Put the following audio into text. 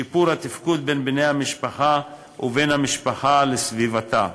שיפור התפקוד בין בני המשפחה ובין המשפחה לסביבתה.